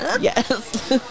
Yes